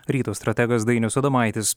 ryto strategas dainius adomaitis